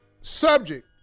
Subject